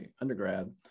undergrad